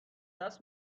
دست